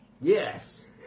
Yes